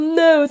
no